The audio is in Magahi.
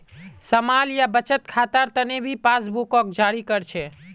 स्माल या बचत खातार तने भी पासबुकक जारी कर छे